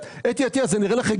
אתי עטיה, זה נראה לך הגיוני?